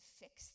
fix